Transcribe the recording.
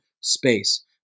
space